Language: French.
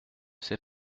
sais